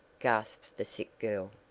gasped the sick girl.